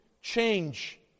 change